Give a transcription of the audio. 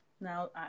now